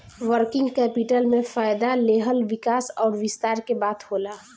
working capital में फ़ायदा लेहल विकास अउर विस्तार के बात होला